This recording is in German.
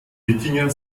wikinger